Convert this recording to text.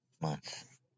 month